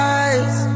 eyes